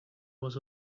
was